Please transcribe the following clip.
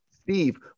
Steve